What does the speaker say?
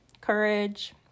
courage